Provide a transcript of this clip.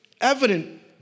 evident